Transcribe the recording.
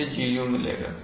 मुझे Gu मिलेगा